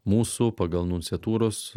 mūsų pagal nunciatūros